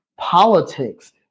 politics